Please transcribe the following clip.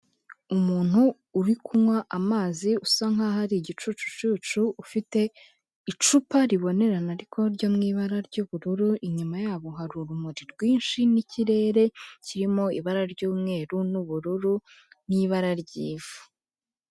Umuntu uri kunywa amazi usa nkaho ari igicucucucu, ufite icupa ribonerana ariko ryo mu ibara ry'ubururu, inyuma yabo hari urumuri rwinshi n'ikirere kirimo ibara ry'umweru n'ubururu n'ibara ry'ivu.